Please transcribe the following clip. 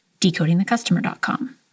decodingthecustomer.com